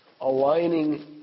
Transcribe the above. aligning